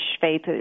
faith